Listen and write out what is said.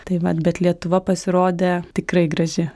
tai vat bet lietuva pasirodė tikrai graži